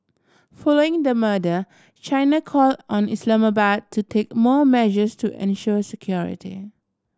following the murder China call on Islamabad to take more measures to ensure security